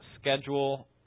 schedule